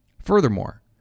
Furthermore